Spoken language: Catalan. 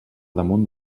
damunt